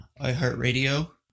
iHeartRadio